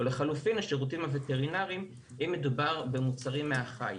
או לחילופין לשירותים הווטרינריים אם מדובר במוצרים מהחי.